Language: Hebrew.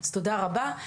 אז תודה רבה.